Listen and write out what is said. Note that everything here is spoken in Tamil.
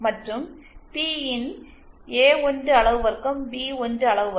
மற்றும் P பி இன் A1 அளவு வர்க்கம் B1 அளவு வர்க்கம்